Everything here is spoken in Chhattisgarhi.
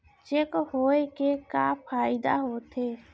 चेक होए के का फाइदा होथे?